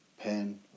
pen